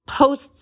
posts